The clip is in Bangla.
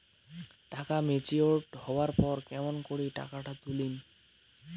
টাকা ম্যাচিওরড হবার পর কেমন করি টাকাটা তুলিম?